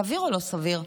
סביר או לא סביר?